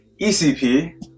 ECP